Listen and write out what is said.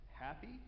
Happy